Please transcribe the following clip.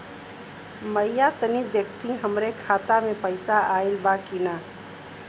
भईया तनि देखती हमरे खाता मे पैसा आईल बा की ना?